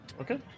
Okay